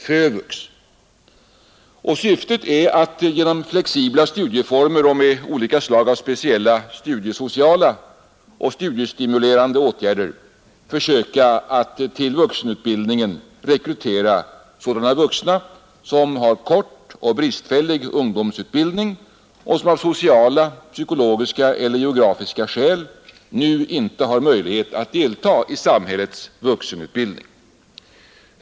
Syftet med verksamheten är att genom flexibla studieformer och olika slag av speciella studiesociala och studiestimulerande åtgärder försöka att till vuxenutbildningen rekrytera sådana vuxna, som har kort och bristfällig ungdomsutbildning och som av sociala, pyskologiska eller geografiska skäl nu inte har möjlighet att delta i samhällets vuxenutbildning.